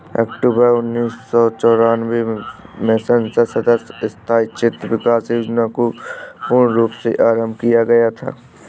अक्टूबर उन्नीस सौ चौरानवे में संसद सदस्य स्थानीय क्षेत्र विकास योजना को पूर्ण रूप से आरम्भ किया गया था